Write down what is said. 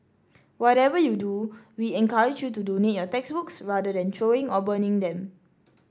whatever you do we encourage you to donate your textbooks rather than throwing or burning them